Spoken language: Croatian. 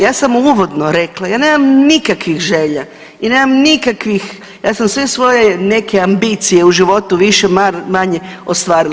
Ja sam uvodno rekla ja nemam nikakvih želja i nemam nikakvih, ja sam sve svoje neke ambicije u životu više-manje ostvarila.